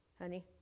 honey